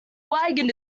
wagon